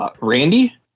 Randy